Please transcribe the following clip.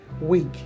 week